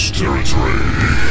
territory